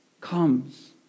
comes